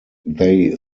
they